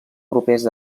propers